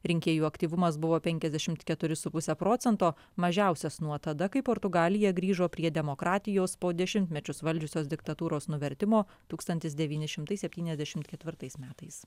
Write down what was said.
rinkėjų aktyvumas buvo penkiasdešimt keturi su puse procento mažiausias nuo tada kai portugalija grįžo prie demokratijos po dešimtmečius valdžiusios diktatūros nuvertimo tūkstantis devyni šimtai septyniasdešimt ketvirtais metais